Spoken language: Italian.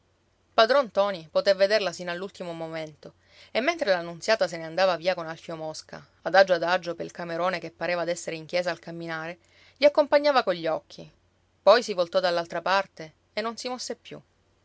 padron ntoni poté vederla sino all'ultimo momento e mentre la nunziata se ne andava via con alfio mosca adagio adagio pel camerone che pareva d'essere in chiesa al camminare li accompagnava cogli occhi poi si voltò dall'altra parte e non si mosse più